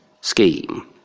scheme